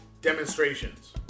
Demonstrations